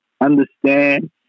understand